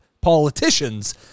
politicians